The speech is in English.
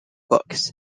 books